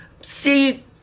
See